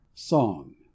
Song